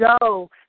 go